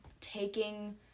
taking